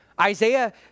Isaiah